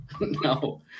No